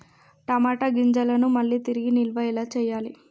టమాట గింజలను మళ్ళీ తిరిగి నిల్వ ఎలా చేయాలి?